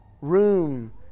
Room